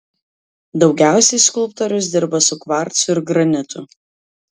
daugiausiai skulptorius dirba su kvarcu ir granitu